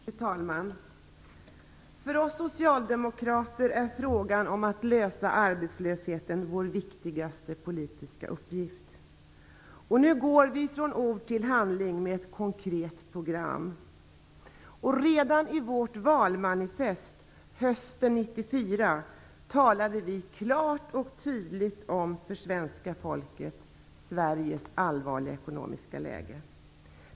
Fru talman! För oss socialdemokrater är den viktigaste politiska uppgiften att lösa problemet med arbetslösheten. Nu går vi från ord till handling med ett konkret program. Redan i vårt valmanifest hösten 1994 talade vi klart och tydligt om Sveriges allvarliga ekonomiska läge för svenska folket.